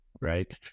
right